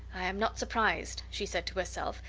i am not surprised, she said to herself,